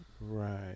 Right